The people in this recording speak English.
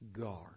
guard